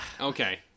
okay